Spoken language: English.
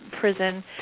prison